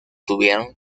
tuvieron